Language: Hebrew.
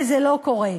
זה לא קורה.